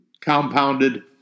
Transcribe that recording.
compounded